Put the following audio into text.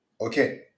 Okay